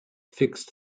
fixed